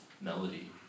melody